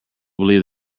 believe